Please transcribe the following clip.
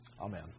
Amen